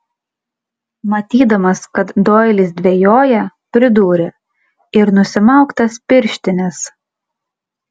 matydamas kad doilis dvejoja pridūrė ir nusimauk tas pirštines